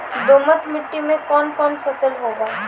दोमट मिट्टी मे कौन कौन फसल होगा?